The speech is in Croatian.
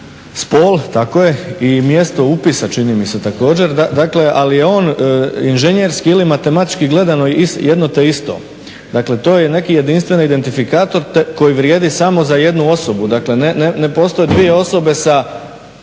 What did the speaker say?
spol tako je i mjesto upisa čini mi se također ali je on inženjerski ili matematički gledano jedno te isto. Dakle to je neki jedinstveni indikator koji vrijedi samo za jednu osobu. Dakle ne postoje dvije osobe sa